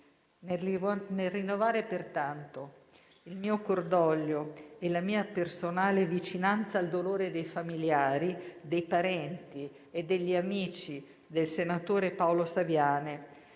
Rinnovo pertanto il mio cordoglio e la mia personale vicinanza al dolore dei familiari, dei parenti e degli amici del senatore Paolo Saviane.